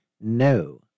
no